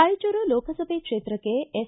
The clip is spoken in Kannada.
ರಾಯಚೂರು ಲೋಕಸಭೆ ಕ್ಷೇತ್ರಕ್ಕೆ ಎಸ್